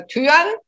Türen